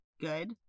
good